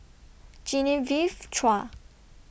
Genevieve Chua